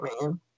man